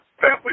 family